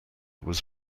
was